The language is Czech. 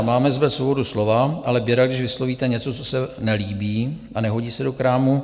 Máme zde svobodu slova, ale běda, když vyslovíte něco, co se nelíbí a nehodí se do krámu.